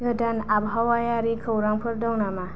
गोदान आबहावायारि खौरांफोर दं नामा